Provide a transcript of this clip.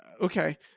Okay